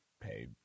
pay